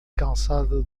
calçada